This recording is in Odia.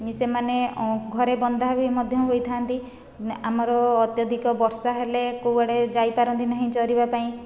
ସେମାନେ ଘରେ ବନ୍ଧା ବି ମଧ୍ୟ ହୋଇଥାନ୍ତି ଆମର ଅତ୍ୟଧିକ ବର୍ଷା ହେଲେ କୁଆଡ଼େ ଯାଇପାରନ୍ତି ନାହିଁ ଚରିବା ପାଇଁ